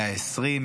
120,